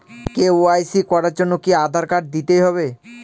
KYC করার জন্য কি আধার কার্ড দিতেই হবে?